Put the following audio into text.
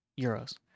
euros